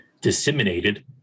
disseminated